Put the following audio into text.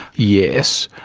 yes,